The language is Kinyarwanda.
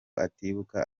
atibuka